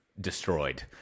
destroyed